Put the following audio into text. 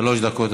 שלוש דקות,